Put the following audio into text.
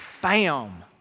bam